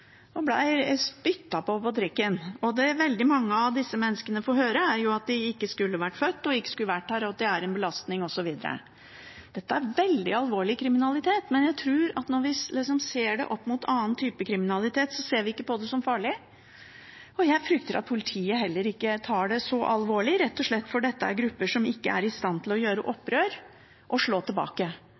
og hun ble spyttet på på trikken. Det veldig mange av disse menneskene får høre, er at de ikke skulle vært født, at de ikke skulle vært her, og at de er en belastning osv. Dette er veldig alvorlig kriminalitet, men jeg tror at når vi ser det opp mot annen type kriminalitet, ser vi ikke på det som farlig, og jeg frykter at politiet heller ikke tar det så alvorlig, rett og slett fordi dette er grupper som ikke er i stand til å gjøre opprør og slå tilbake.